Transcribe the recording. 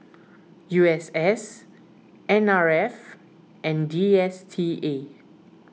U S S N R F and D S T A